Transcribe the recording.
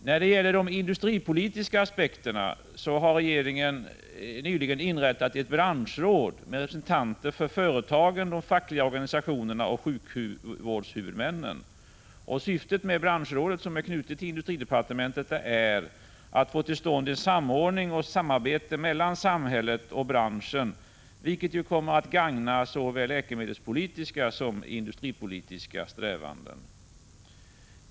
När det gäller de industripolitiska aspekterna har regeringen nyligen inrättat ett branschråd med representanter för företagen, de fackliga organisationerna och sjukvårdshuvudmännen. Syftet med detta branschråd, som är knutet till industridepartementet, är att få till stånd en samordning och ett samarbete mellan samhället och branschen, vilket ju kommer att gagna såväl läkemedelspolitiska som industripolitiska strävanden.